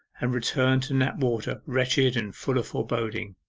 and returned to knapwater wretched and full of foreboding.